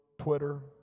Twitter